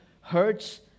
hurts